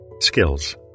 Skills